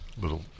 Little